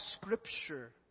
Scripture